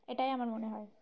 এটাই আমার মনে হয়